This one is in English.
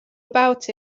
about